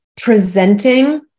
presenting